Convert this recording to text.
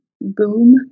Boom